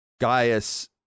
Gaius